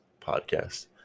podcast